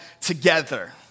Together